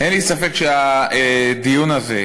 אין לי ספק שהדיון הזה,